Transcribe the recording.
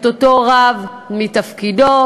את אותו רב מתפקידו,